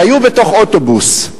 שהיו בתוך אוטובוס,